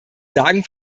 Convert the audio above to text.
sagen